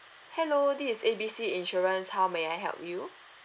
hello this is A B C insurance how may I help you